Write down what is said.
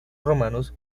romanos